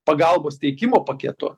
pagalbos teikimo paketo